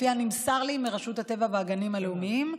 לפי הנמסר לי מרשות הטבע והגנים הלאומיים,